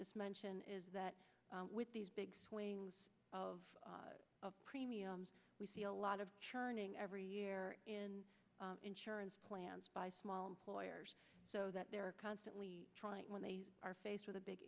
just mention is that with these big swings of premiums we see a lot of churning every year in insurance plans by small employers so that they're constantly trying when they are faced with a big